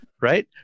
right